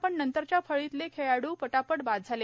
पण नंतरच्या फळीतले खेळाडू पटापट बाद झाले